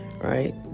right